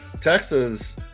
Texas